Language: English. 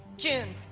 june.